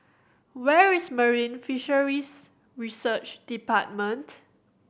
where is Marine Fisheries Research Department